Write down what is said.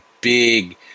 big